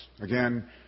Again